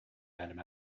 random